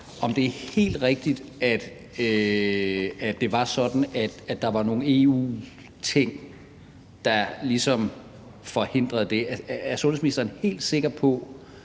om det er helt rigtigt, at det var sådan, at der var nogle EU-ting, der ligesom forhindrede det. Er sundhedsministeren helt sikker på,